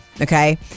okay